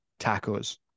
tacos